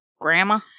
grandma